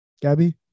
gabby